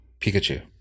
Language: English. Pikachu